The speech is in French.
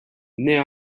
née